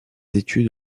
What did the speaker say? études